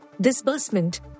disbursement